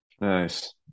nice